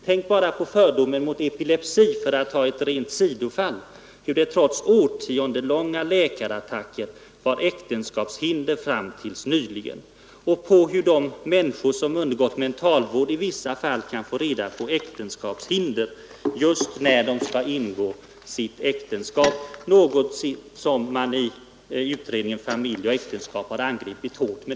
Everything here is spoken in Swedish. Tänk bara på fördomen mot epilepsi för att ta ett rent sidofall. Trots årtiondelånga läkarattacker utgjorde epilepsi äktenskapshinder fram till helt nyligen. Och tänk på hur de människor som undergått mentalvård i vissa fall kan få reda på att det föreligger äktenskapshinder just när de skall ingå sitt äktenskap! Detta har i utredningen Familj och äktenskap angripits hårt.